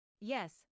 Yes